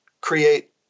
create